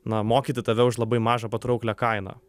na mokyti tave už labai mažą patrauklią kainą